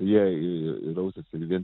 jie i ir rausiasi ir vien tik